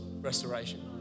restoration